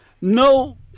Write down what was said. no